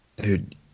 Dude